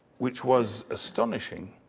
which was astonishing,